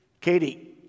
Katie